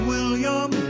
William